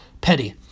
Petty